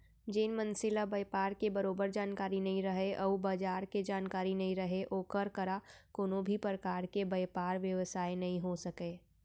जेन मनसे ल बयपार के बरोबर जानकारी नइ रहय अउ बजार के जानकारी नइ रहय ओकर करा कोनों भी परकार के बयपार बेवसाय नइ हो सकय